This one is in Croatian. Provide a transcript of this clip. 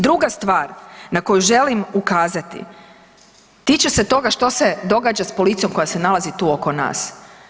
Druga stvar na koju želim ukazati tiče se toga što se događa s policijom koja se nalazi tu oko nas.